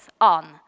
on